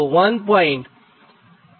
876 મળે